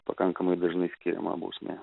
pakankamai dažnai skiriama bausmė